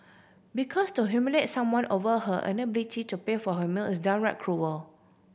because to humiliate someone over her inability to pay for her meal is downright cruel